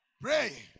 Pray